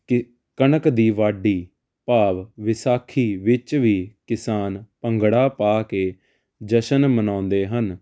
ਕਿ ਕਣਕ ਦੀ ਵਾਢੀ ਭਾਵ ਵਿਸਾਖੀ ਵਿੱਚ ਵੀ ਕਿਸਾਨ ਭੰਗੜਾ ਪਾ ਕੇ ਜਸ਼ਨ ਮਨੋਦੇ ਹਨ